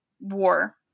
war